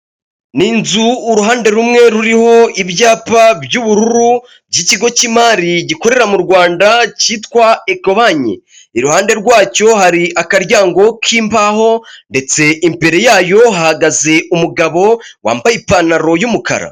Ni inzu uruhande rumwe ruriho ibyapa by'ubururu by'ikigo cy'imari gikorera mu Rwanda cyitwa Ekobanki, iruhande rwacyo hari akaryango k'imbaho ndetse imbere yayo hahagaze umugabo wambaye ipantaro y'umukara.